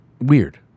Weird